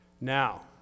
Now